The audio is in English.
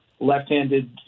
left-handed